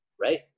Right